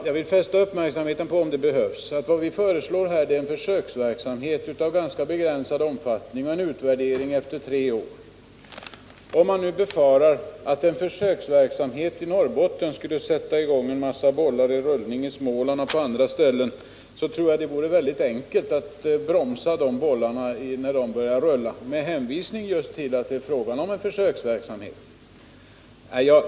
Jag vill fästa uppmärksamheten på att vad vi föreslår är en försöksverksamhet av ganska begränsad omfattning och en utvärdering efter tre år. Om man nu befarar att en försöksverksamhet i Norrbotten skulle sätta en massa bollar i rullning i Småland och på andra ställen, så tror jag att det skulle vara mycket enkelt att bromsa de bollarna när de börjar rulla — just med hänvisning till att det är fråga om en försöksverksamhet.